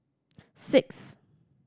six